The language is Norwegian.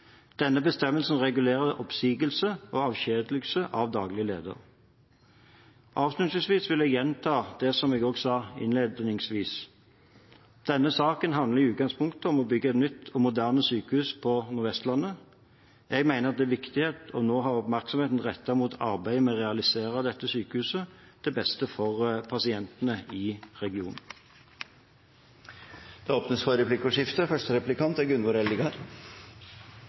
Denne bestemmelsen regulerer oppsigelse og avskjedigelse av daglig leder. Avslutningsvis vil jeg gjenta det som jeg også sa innledningsvis: Denne saken handler i utgangspunktet om å bygge et nytt og moderne sykehus på Nordvestlandet. Jeg mener det viktige nå er å ha oppmerksomheten rettet mot arbeidet med å realisere dette sykehuset til beste for pasientene i regionen. Det blir replikkordskifte.